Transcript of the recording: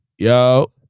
Yo